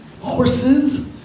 horses